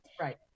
Right